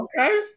Okay